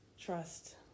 trust